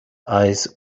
eyes